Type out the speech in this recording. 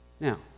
Now